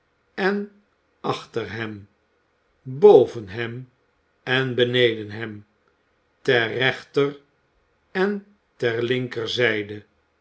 en achter hem boven hem en beneden hem ter rechter en ter linkerzijde